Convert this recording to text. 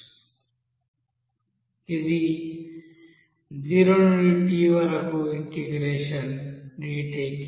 అది 0 నుండి t integration dt కి సమానం